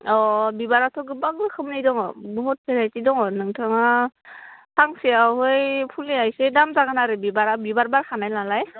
अ बिबाराथ' गोबां रोखोमनि दङ बहुत भेरायटि दङ नोंथाङा फांसेयावहाय फुलिया एसे दाम जागोन आरो बिबारा बिबार बारखानाय नालाय